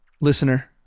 listener